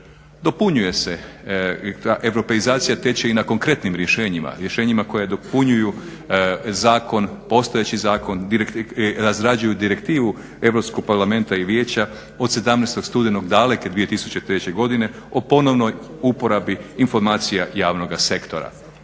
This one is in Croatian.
Dopunjuje se, europeizacija teče i na konkretnim rješenjima, rješenjima koja dopunjuju postojeći zakon i razrađuju Direktivu Europskog parlamenta i vijeća od 17. studenog daleke 2003. godine o ponovnoj uporabi informacija javnoga sektora.